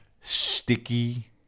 sticky